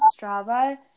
Strava